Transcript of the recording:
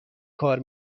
کار